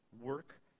work